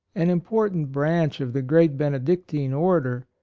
an important branch of the great benedictine order,